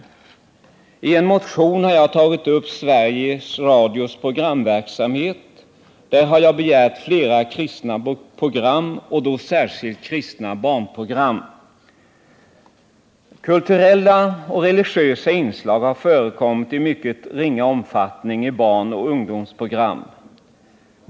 I en motion har jag tagit upp Sveriges Radios programverksamhet och begärt flera kristna program och då särskilt kristna barnprogram. Kulturella och religiösa inslag har förekommit i mycket ringa omfattning i barnoch ungdomsprogram.